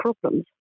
problems